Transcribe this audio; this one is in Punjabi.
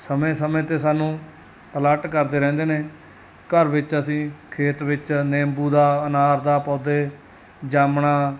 ਸਮੇਂ ਸਮੇਂ 'ਤੇ ਸਾਨੂੰ ਅਲਰਟ ਕਰਦੇ ਰਹਿੰਦੇ ਨੇ ਘਰ ਵਿੱਚ ਅਸੀਂ ਖੇਤ ਵਿੱਚ ਨਿੰਬੂ ਦਾ ਅਨਾਰਾਂ ਦਾ ਪੌਦੇ ਜਾਮਣਾਂ